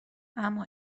اما